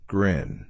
Grin